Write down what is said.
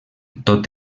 tot